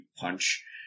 punch